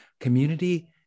community